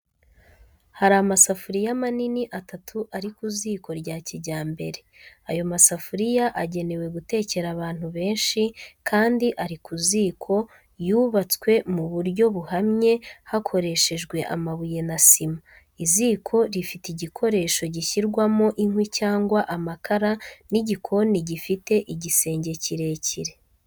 Hari amasafuriya manini atatu ari ku ziko rya kijyambere. Ayo masafuriya agenewe gutekera abantu benshi, kandi ari ku ziko yubatswe mu buryo buhamye, hakoreshejwe amabuye na sima. Iziko rifite igikoresho gishyirwamo inkwi cyangwa amakara n'igikoni gifite igisenge kirekire.